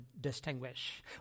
distinguish